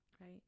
right